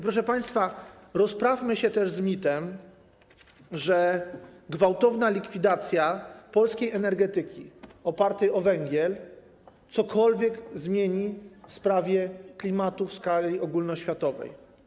Proszę państwa, rozprawmy się też z mitem, że gwałtowna likwidacja polskiej energetyki opartej na węglu cokolwiek zmieni w sprawie klimatu w skali ogólnoświatowej.